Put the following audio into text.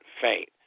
faint